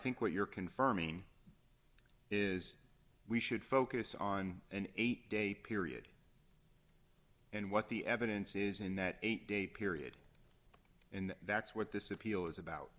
think what you're confirming is we should focus on an eight day period and what the evidence is in that eight day period and that's what this appeal is about